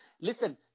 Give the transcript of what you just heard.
Listen